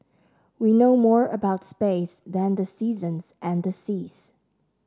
we know more about space than the seasons and the seas